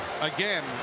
again